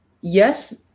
yes